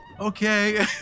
Okay